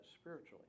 spiritually